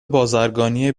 بازرگانی